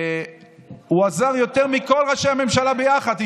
הוא עזר יותר מכל ראשי הממשלה ביחד.